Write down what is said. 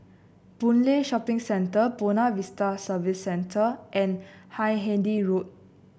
Boon Lay Shopping Center Buona Vista Service Center and Hindhede Road